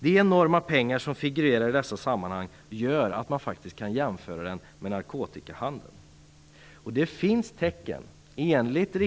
De enorma pengar som figurerar i detta sammanhang gör att man faktiskt kan jämföra det med narkotikahandeln.